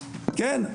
כן,